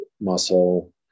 muscle